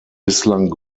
bislang